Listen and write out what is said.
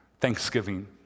thanksgiving